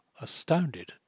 astounded